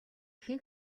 хэн